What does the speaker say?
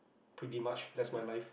pretty much that's my life